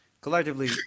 collectively